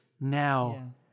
now